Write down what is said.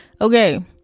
Okay